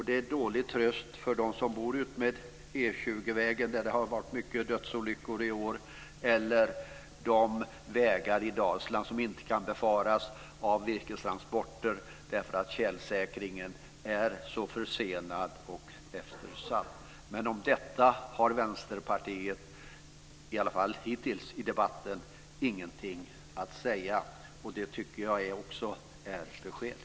Det är en dålig tröst för dem som bor utmed E 20-vägen, där det har varit mycket dödsolyckor i år, eller vid de vägar i Dalsland som inte kan befaras av virkestransporter eftersom tjälsäkringen är så försenad och eftersatt. Om detta har Vänsterpartiet, i alla fall hittills i debatten, ingenting att säga. Det tycker jag också är ett besked.